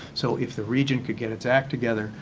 so if the region could get its act together,